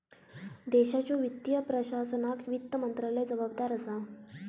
देशाच्यो वित्तीय प्रशासनाक वित्त मंत्रालय जबाबदार असा